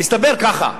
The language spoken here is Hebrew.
הסתבר ככה,